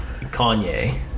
Kanye